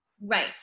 Right